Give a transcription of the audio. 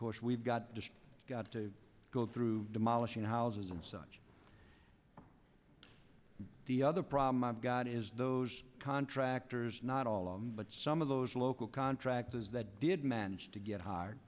course we've got to got to go through demolishing houses and such the other problem i've got is those contractors not all of them but some of those local contractors that did manage to get hired